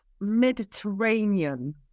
Mediterranean